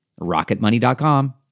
RocketMoney.com